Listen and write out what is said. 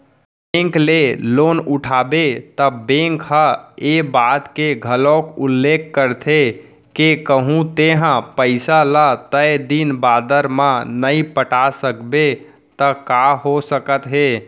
bank ले loan उठाबे त बेंक ह ए बात के घलोक उल्लेख करथे के कहूँ तेंहा पइसा ल तय दिन बादर म नइ पटा सकबे त का हो सकत हे